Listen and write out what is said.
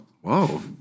Whoa